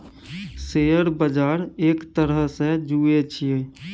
share बजार एक तरहसँ जुऐ छियै